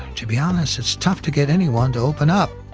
to be honest, it's tough to get anyone to open up.